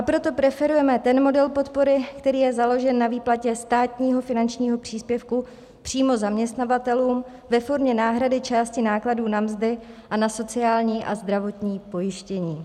Proto preferujeme ten model podpory, který je založen na výplatě státního finančního příspěvku přímo zaměstnavatelům ve formě náhrady části nákladů na mzdy a na sociální a zdravotní pojištění.